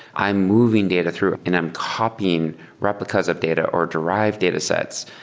i am moving data through and i'm copying replicas of data or derived datasets,